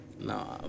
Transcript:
no